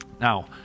Now